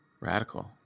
Radical